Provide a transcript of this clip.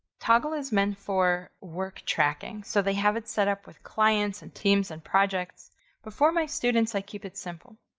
toggl is meant for work tracking so they have it set up with clients and teams and projects before my students. i keep it simple.